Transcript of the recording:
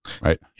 right